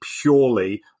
purely